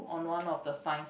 on one of the science